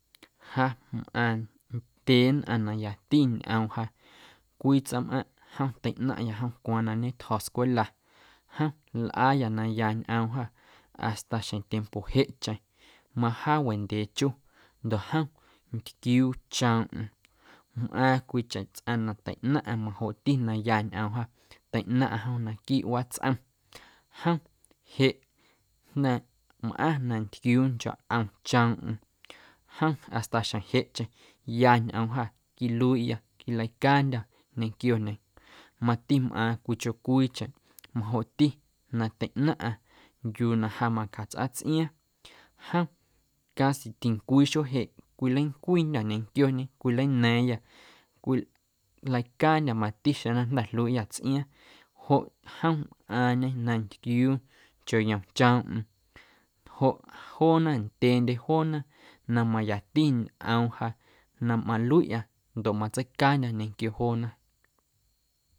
Ja mꞌaⁿ ndyee nnꞌaⁿ na yati ñꞌoom ja cwii tsꞌaⁿmꞌaⁿꞌ jom teiꞌnaⁿꞌya jom cwaaⁿ na ñetjo̱ scwela jom lꞌaayâ na ya ñꞌoom jâ hasta xjeⁿ tiempo jeꞌcheⁿ majaawendyee chu jom ntquiuu choomꞌm, mꞌaaⁿ cwiicheⁿ tsꞌaⁿ na teiꞌnaⁿꞌa majoꞌti na ya ñꞌoom ja teiꞌnaⁿꞌa jom naquiiꞌ watsꞌom jom jeꞌ na mꞌaⁿ na ntquiuuncho ꞌom choomꞌm jom hasta xjeⁿ jeꞌcheⁿ ya ñꞌoom jâ quiluiiꞌyâ quilacaandyô̱ ñequioñe, mati mꞌaaⁿ cwiicheⁿ cwiicheⁿ majoꞌti na teiꞌnaⁿꞌa yuu na ja macjatsꞌa tsꞌiaaⁿ jom casi tincwii xuee jeꞌ cwileincwindyô̱ ñequioñe cwilana̱a̱ⁿyâ cwilacaandyô̱ mati xeⁿ na jnda̱ ljuiiꞌâ tsꞌiaaⁿ joꞌ jom mꞌaaⁿñe na ntquiuuncho yom choomꞌm. Joꞌ joona ndyeendye joona na mayati ñꞌoom ja na maluiꞌa ndoꞌ matseicaandyo̱ ñequio joona.